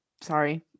sorry